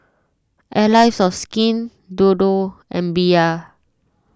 Allies of Skin Dodo and Bia